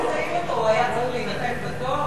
ואם היו מזהים אותו הוא היה צריך להידחף בתור?